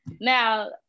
now